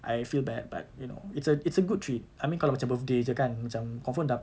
I feel bad but you know it's a it's a good treat I mean kalau macam birthday jer kan macam confirm da~